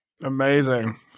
Amazing